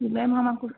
ma'am हम आपको